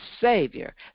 Savior